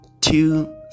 two